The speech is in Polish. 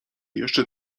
jeszcze